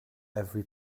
every